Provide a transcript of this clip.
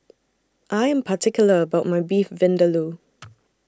I Am particular about My Beef Vindaloo